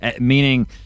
meaning